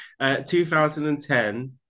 2010